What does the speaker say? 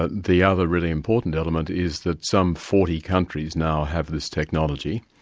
ah the other really important element is that some forty countries now have this technology.